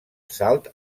salt